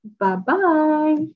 Bye-bye